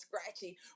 scratchy